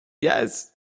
Yes